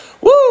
woo